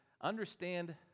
understand